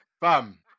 Fam